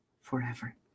forever